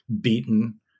beaten